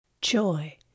Joy